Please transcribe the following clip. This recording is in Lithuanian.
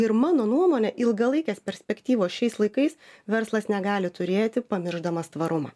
ir mano nuomone ilgalaikės perspektyvos šiais laikais verslas negali turėti pamiršdamas tvarumą